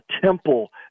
Temple